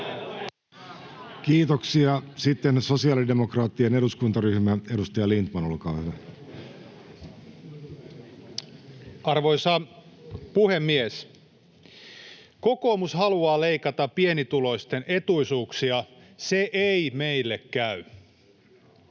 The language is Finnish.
Kiitoksia. — Sitten sosiaalidemokraattien eduskuntaryhmä, edustaja Lindtman, olkaa hyvä. Arvoisa puhemies! ”Kokoomus haluaa leikata pienituloisten etuisuuksia. Se ei meille käy.”